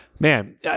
Man